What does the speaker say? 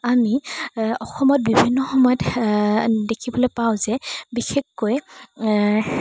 আমি অসমত বিভিন্ন সময়ত দেখিবলৈ পাওঁ যে বিশেষকৈ